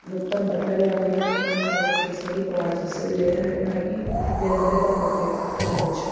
మొత్తం బట్టలు అనేది మొత్తం కవర్ చేసుకుని పోవాల్సి వస్తుంది లేదంటే మనకి ఎండ దెబ్బ కొట్టే కొట్టవచ్చు